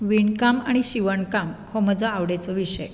विणकाम आनी शिवणकाम हो म्हजो आवडीचो विशय